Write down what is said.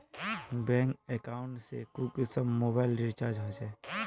Bank account से कुंसम mobile recharge होचे?